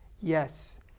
Yes